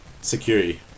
Security